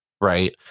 right